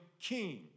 king